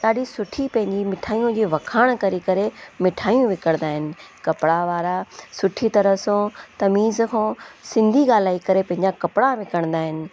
ॾाढी सुठी पंहिंजी मिठाइयूं जा वखाणु करे करे मिठायूं विकिणंदा आहिनि कपिड़ा वारा सुठी तरह सां तमीज़ खां सिंधी ॻाल्हाए करे पंहिंजा कपिड़ा विकिणंदा आहिनि